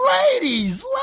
ladies